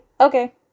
Okay